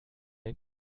den